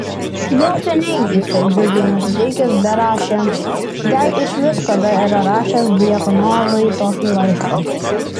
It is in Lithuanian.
jau seniai jis taip džiugiai nusiteikęs berašė jei išvis kada yra rašęs djakonovui tokį laišką